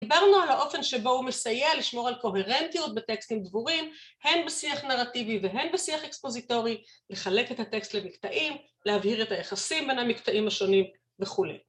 דיברנו על האופן שבו הוא מסייע לשמור על קוהרנטיות בטקסטים דבורים, הן בשיח נרטיבי והן בשיח אקספוזיטורי, לחלק את הטקסט למקטעים, להבהיר את היחסים בין המקטעים השונים וכולי.